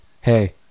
hey